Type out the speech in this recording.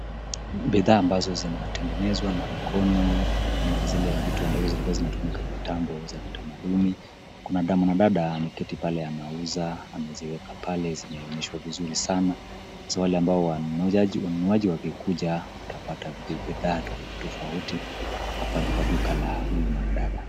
Bidhaa ambazo zinatengenezwa na mkono na zile vitu ambazo zilikuwa zinatumika kitambo za kitamaduni, kuna mwanadada ameketi pale anauza, ameziweka pale, zinaonyeshwa vizuri sana, sasa wale ambao wanunuaji wakikuja watapata bidhaa tofauti tofauti, hapa ni kwa duka la huyu mwanadada.